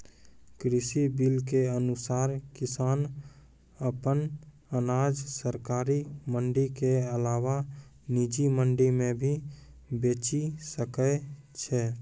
कृषि बिल के अनुसार किसान अप्पन अनाज सरकारी मंडी के अलावा निजी मंडी मे भी बेचि सकै छै